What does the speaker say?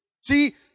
See